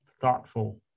thoughtful